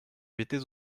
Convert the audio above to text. mettez